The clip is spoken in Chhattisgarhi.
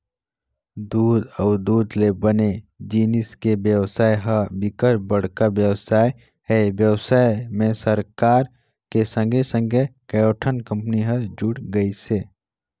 दूद अउ दूद ले बने जिनिस के बेवसाय ह बिकट बड़का बेवसाय हे, बेवसाय में सरकार के संघे संघे कयोठन कंपनी हर जुड़ गइसे